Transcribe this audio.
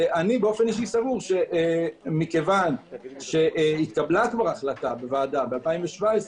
אני אישית סבור שמכיוון שנתקבלה החלטה בוועדה ב-2017,